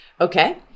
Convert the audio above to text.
Okay